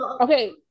okay